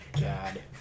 God